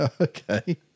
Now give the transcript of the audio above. okay